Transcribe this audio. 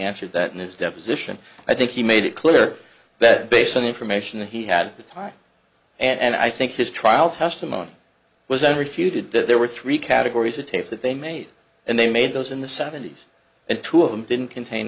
answered that in his deposition i think he made it clear bed based on information that he had the time and i think his trial testimony was i refuted that there were three categories of tapes that they made and they made those in the seventy's and two of them didn't contain